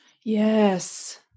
Yes